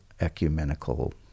ecumenical